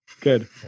good